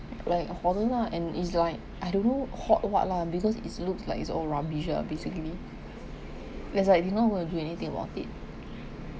like a hoarder lah and is like I don't know hoard what lah because is looks like it's all rubbish ah basically it's like did not go and do anything about it